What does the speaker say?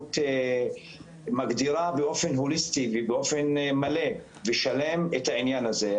והנציבות מגדירה באופן הוליסטי ובאופן מלא ושלם את העניין הזה.